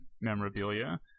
memorabilia